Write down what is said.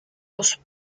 los